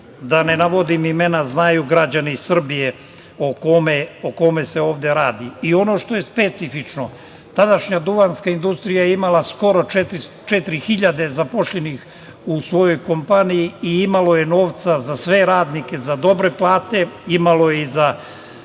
da ne navodim imena, znaju građani Srbije o kome se ovde radi? Ono što je specifično, tadašnja „Duvanska industrija“ je imala skoro 4.000 zaposlenih u svojoj kompaniji i imalo je novca za sve radnike, za dobre plate, imalo je i za